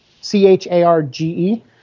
c-h-a-r-g-e